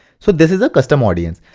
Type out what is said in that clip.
so this is a custom audience.